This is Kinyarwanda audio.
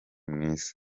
mwiza